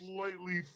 Slightly